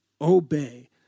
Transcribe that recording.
Obey